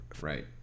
right